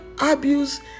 abuse